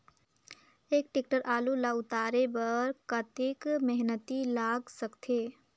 एक टेक्टर आलू ल उतारे बर कतेक मेहनती लाग सकथे?